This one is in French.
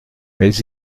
mais